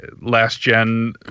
last-gen